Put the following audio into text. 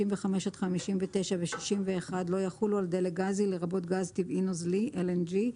55 עד 59 ו-61 לא יחולו על דלק גזי לרבות גז טבעי נוזלי (LNG),